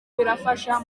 birafasha